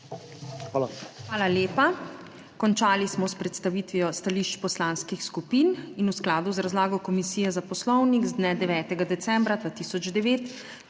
Hvala lepa. Končali smo s predstavitvijo stališč poslanskih skupin. V skladu z razlago Komisije za Poslovnik z dne 9. decembra 2009